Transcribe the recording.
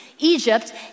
Egypt